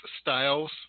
styles